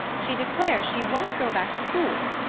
she declares she won't go back to school.